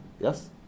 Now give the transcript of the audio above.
Yes